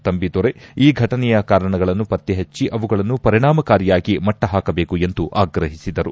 ತಂಬಿದುರೈ ಈ ಫಟನೆಯ ಕಾರಣಗಳನ್ನು ಪತ್ತೆ ಪಚ್ಚಿ ಅವುಗಳನ್ನು ಪರಿಣಾಮಕಾರಿಯಾಗಿ ಮಟ್ಟ ಹಾಕಬೇಕು ಎಂದು ಆಗ್ರಹಿಸಿದರು